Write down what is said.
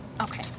Okay